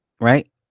Right